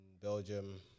Belgium